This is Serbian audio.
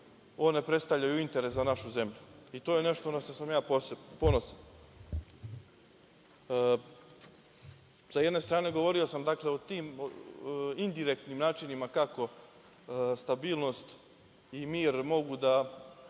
one predstavljaju interes za našu zemlju, i to je nešto na šta sam ja ponosan. Sa jedne strane govorio sam o tim indirektnim načinima kako stabilnost i mir mogu da